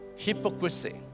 Hypocrisy